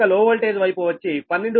కనుక low voltage వైపు వచ్చి 12